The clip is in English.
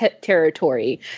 territory